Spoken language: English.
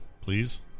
please